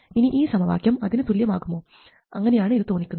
ഇനി ഈ സമവാക്യം അതിന് തുല്യം ആകുമോ അങ്ങനെയാണ് ഇത് തോന്നിക്കുന്നത്